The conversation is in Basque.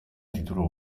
titulu